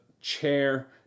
chair